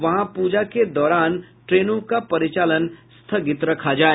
वहां पूजा के दौरान ट्रेनों का परिचालन स्थगित रखा जाए